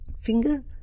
finger